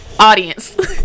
Audience